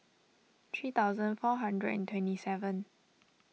three thousand four hundred and twenty seven